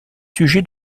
sujets